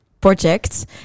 project